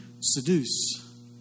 seduce